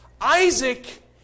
Isaac